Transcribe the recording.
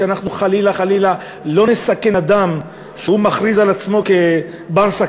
שאנחנו חלילה לא נסכן אדם שמכריז על עצמו כבר-סכנה,